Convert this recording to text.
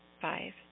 Five